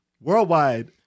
worldwide